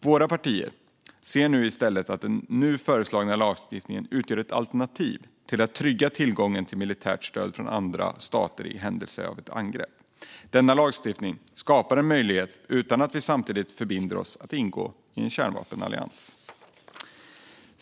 Våra partier ser i stället att den nu föreslagna lagstiftningen utgör ett alternativ för att trygga tillgången till militärt stöd från andra stater i händelse av ett angrepp. Denna lagstiftning skapar en möjlighet utan att vi samtidigt förbinder oss att ingå i en kärnvapenallians.